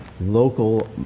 local